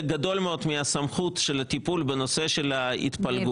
גדול מאוד מהסמכות של הטיפול בנושא של ההתפלגות,